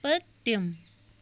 پٔتِم